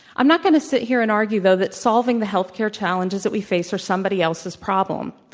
i'm not going to sit here and argue, though, that solving the healthcare challenges that we face are somebody else's problem.